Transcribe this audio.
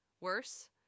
Worse